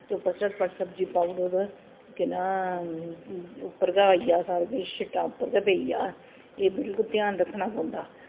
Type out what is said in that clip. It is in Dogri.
ते उप्पर झटपट सब्जी पाई ओड़ो ते केह् नां उप्पर गै होई जा सब किश शीट्टां उप्पर गै पेई जान एह् बिल्कुल ध्यान रक्खने पौंदा